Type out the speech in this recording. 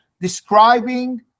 describing